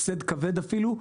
הפסד כבד אפילו,